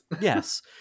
Yes